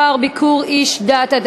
לתיקון פקודת בתי-הסוהר (ביקור איש דת),